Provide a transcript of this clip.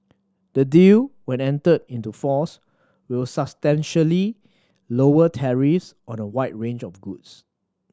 the deal when entered into force will substantially lower tariffs on a wide range of goods